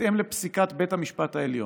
בהתאם לפסיקת בית המשפט העליון,